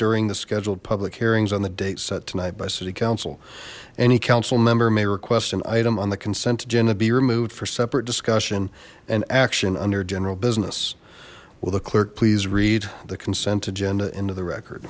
during the scheduled public hearings on the date set tonight by city council any council member may request an item on the consent agenda be removed for separate discussion and action under general business well the clerk please read the consent agenda into the record